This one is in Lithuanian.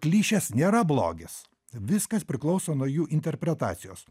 klišės nėra blogis viskas priklauso nuo jų interpretacijos